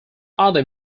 other